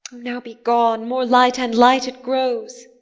now be gone more light and light it grows.